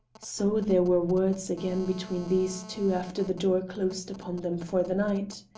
so there were words again between these two after the door closed upon them for the night!